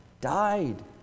died